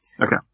Okay